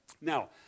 Now